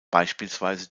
beispielsweise